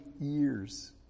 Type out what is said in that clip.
years